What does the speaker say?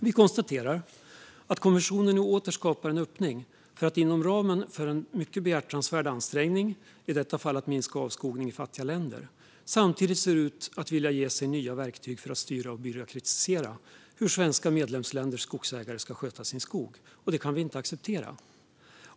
Vi konstaterar att kommissionen nu åter skapar en öppning för att inom ramen för en mycket behjärtansvärd ansträngning, i detta fall att minska avskogningen i fattiga länder, samtidigt ge sig nya verktyg för att styra och byråkratisera hur EU:s medlemsländers skogsägare ska sköta sin skog. Det kan vi inte acceptera.